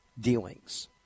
dealings